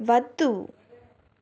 వద్దు